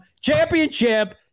Championship